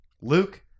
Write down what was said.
Luke